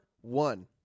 one